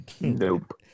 Nope